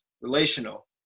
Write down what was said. relational